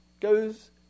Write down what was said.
goes